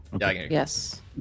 yes